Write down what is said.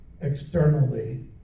externally